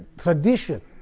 tradition,